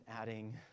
adding